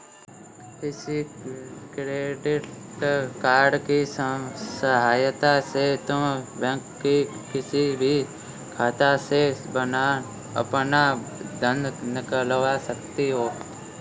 किसान credit card की सहायता से तुम बैंक की किसी भी शाखा से अपना धन निकलवा सकती हो